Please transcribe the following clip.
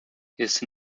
his